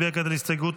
52 בעד, 59 נגד.